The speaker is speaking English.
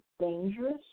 dangerous